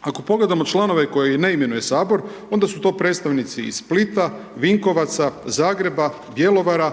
Ako pogledamo članove koje ne imenuje Sabor, onda su to predstavnici iz Splita, Vinkovaca, Zagreba, Bjelovara,